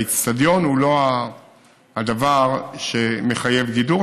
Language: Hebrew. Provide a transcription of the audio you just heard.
האצטדיון הוא לא הדבר שמחייב גידור,